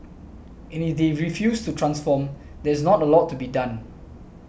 and if they refuse to transform there's not a lot to be done